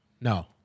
No